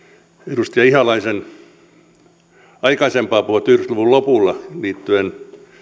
edustaja ihalaisen aikaisempaa puhetta yhdeksänkymmentä luvun lopulta liittyen